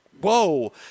whoa